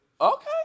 Okay